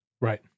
Right